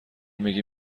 میگی